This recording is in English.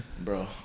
bro